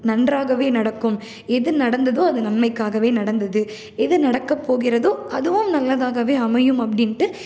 நன்றாகவே நடக்கும் எது நடந்ததோ அது நன்மைக்காகவே நடந்தது எது நடக்கப்போகிறதோ அதுவும் நல்லதாகவே அமையும் அப்படின்ட்டு